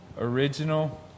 original